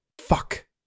Fuck